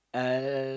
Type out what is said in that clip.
uh